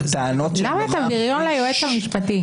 למה אתה בריון ליועץ המשפטי?